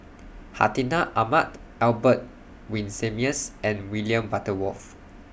Hartinah Ahmad Albert Winsemius and William Butterworth